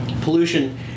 pollution